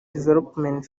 development